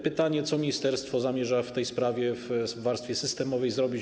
Pytanie: Co ministerstwo zamierza w tej sprawie w warstwie systemowej zrobić?